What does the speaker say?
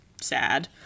Sad